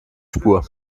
spur